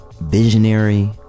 visionary